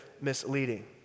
misleading